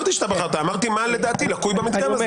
אמרתי מה לדעתי לקוי במדגם הזה.